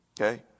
Okay